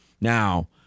now